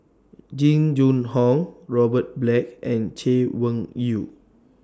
Jing Jun Hong Robert Black and Chay Weng Yew